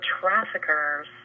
traffickers